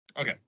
Okay